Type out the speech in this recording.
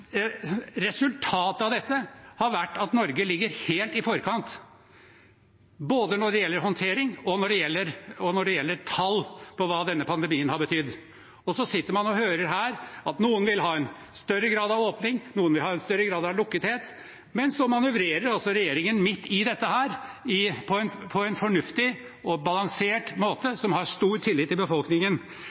Resultatet av dette har vært at Norge ligger helt i forkant, både når det gjelder håndtering og når det gjelder tall på hva denne pandemien har betydd. Så sitter man her og hører at noen vil ha en større grad av åpning, og noen vil ha en større grad av lukkethet. Men så manøvrerer regjeringen altså midt i dette på en fornuftig og balansert måte som har stor tillit i befolkningen.